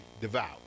devout